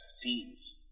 scenes